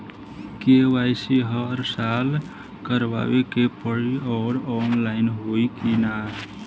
KYC हर साल करवावे के पड़ी और ऑनलाइन होई की ना?